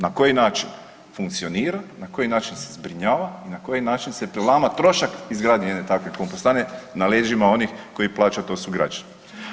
Na koji način funkcionira, na koji način se zbrinjava i na koji način se prelama trošak izgradnje jedne takve kompostane na leđima onih koji plaćaju a to su građani.